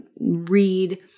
read